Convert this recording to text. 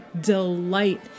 delight